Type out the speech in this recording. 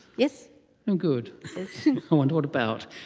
yes good. i wonder what about?